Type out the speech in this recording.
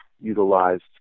utilized